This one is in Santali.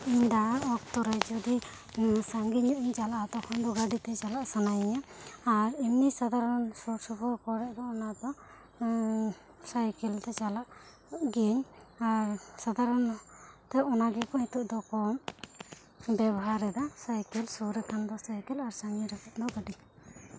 ᱤᱧ ᱫᱟᱜ ᱚᱠᱛᱮ ᱨᱮ ᱡᱩᱫᱤ ᱤᱧ ᱫᱚ ᱥᱟᱺᱜᱤᱧ ᱧᱚᱜ ᱤᱧ ᱪᱟᱞᱟᱜᱼᱟ ᱛᱚ ᱠᱷᱟᱱ ᱫᱚ ᱜᱟᱹᱰᱤ ᱛᱮ ᱪᱟᱞᱟᱜ ᱥᱟᱱᱟᱹᱭᱤᱧᱟᱹ ᱟᱨ ᱮᱢᱱᱤ ᱥᱟᱫᱷᱟᱨᱟᱱ ᱥᱩᱨ ᱥᱩᱯᱩᱨ ᱠᱚᱨᱮ ᱫᱚ ᱚᱱᱟ ᱫᱚ ᱥᱟᱭᱠᱤᱞ ᱛᱮ ᱪᱟᱞᱟᱜ ᱜᱤᱭᱟᱹᱧ ᱟᱨ ᱥᱟᱫᱷᱚᱨᱚᱱᱛᱚ ᱚᱱᱟ ᱜᱮ ᱠᱚ ᱱᱤᱛᱚᱜ ᱫᱚᱠᱚ ᱵᱮᱣᱦᱟᱨ ᱮᱫᱟ ᱥᱟᱭᱠᱤᱞ ᱟᱨ ᱥᱩᱨ ᱨᱮ ᱠᱷᱟᱱ ᱫᱚ ᱥᱟᱭᱠᱤᱞ ᱟᱨ ᱥᱟᱺᱜᱤᱧ ᱨᱮ ᱠᱷᱟᱱ ᱫᱚ ᱜᱟᱹᱰᱤ